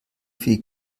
viel